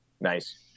Nice